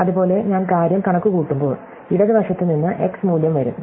അതുപോലെ ഞാൻ കാര്യം കണക്കുകൂട്ടുമ്പോൾ ഇടത് വശത്ത് നിന്ന് x മൂല്യം വരും